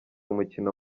umukino